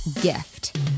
gift